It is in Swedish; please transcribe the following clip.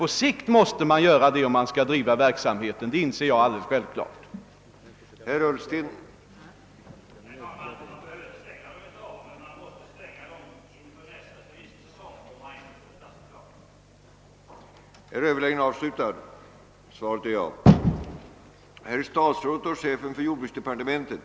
På sikt måste man däremot alldeles självfallet göra någonting om verksamheten skall kunna bedrivas.